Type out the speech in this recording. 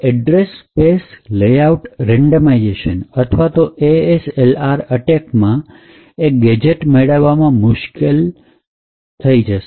address space layout randomisation અથવા તો ASLR attacker માટે એ ગેજેટ મેળવવા મુશ્કેલ બનાવી દેશે